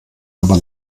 aber